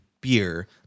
beer